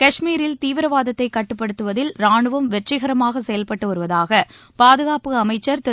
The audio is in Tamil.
கஷ்மீரில் தீவிரவாதத்தை கட்டுப்படுத்துவதில் ராணுவம் வெற்றிகரமாக செயல்பட்டு வருவதாக பாதுகாப்பு அமைச்சர் திரு